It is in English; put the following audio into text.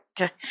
Okay